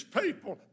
people